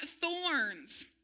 thorns